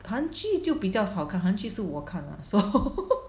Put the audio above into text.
韩剧就比较少看韩剧是我看 lah so